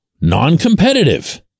non-competitive